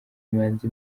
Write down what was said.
imanzi